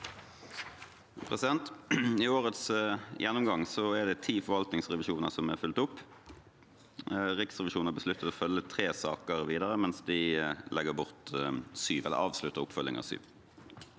I årets gjennomgang er det ti forvaltningsrevisjoner som er fulgt opp. Riksrevisjonen har besluttet å følge tre saker videre, mens de avslutter oppfølgingen av syv.